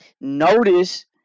notice